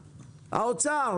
האוצר.